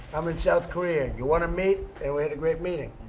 i'm in south korea. you want to meet? and we had a great meeting.